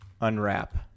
unwrap